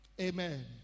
Amen